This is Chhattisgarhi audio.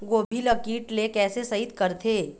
गोभी ल कीट ले कैसे सइत करथे?